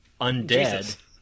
undead